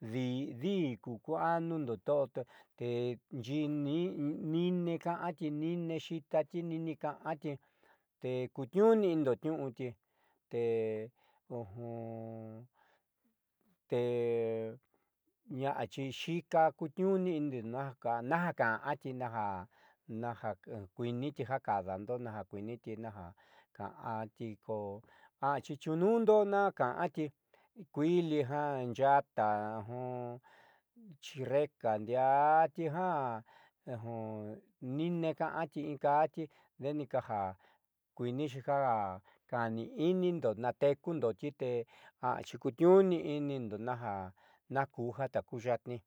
jadii kuku anundo te niine ka'anti niine xiitati niine ka'anti te kutniuuni inindo tniuuti te ña'achi xiika kutniuni naj ka'anti naja kuiiniti ja kaadando naja kuiiniti naj ka'anti ñaaxi chuunundo naajkaanti kuilija yaata chirreka ndiaatijiaa niine ka'anti inkaati de'enika ja kuinixi ja kaniinindo natekundoti naakuja takuya'atnii.